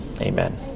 Amen